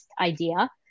idea